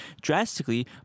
drastically